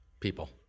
people